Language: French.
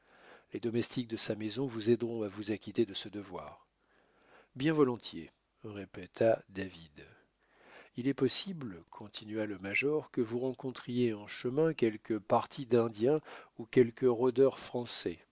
les domestiques de sa maison vous aideront à vous acquitter de ce devoir bien volontiers répéta david il est possible continua le major que vous rencontriez en chemin quelque parti d'indiens ou quelques rôdeurs français